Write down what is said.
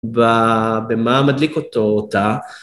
במה מדליק אותו אותה.